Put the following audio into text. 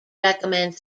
recommends